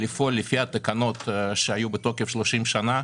לפעול לפי התקנות שהיו בתוקף 30 שנה.